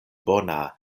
bona